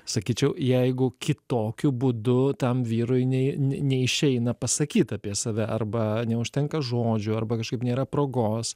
sakyčiau jeigu kitokiu būdu tam vyrui nei ne neišeina pasakyt apie save arba neužtenka žodžių arba kažkaip nėra progos